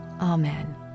amen